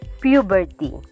puberty